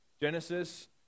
Genesis